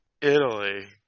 Italy